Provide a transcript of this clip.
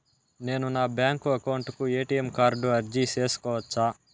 నేను నా bank account కు ఎ.టి.ఎం కార్డు అర్జీ సేసుకోవచ్చా?